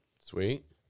Sweet